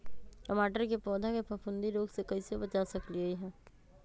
टमाटर के पौधा के फफूंदी रोग से कैसे बचा सकलियै ह?